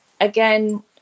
again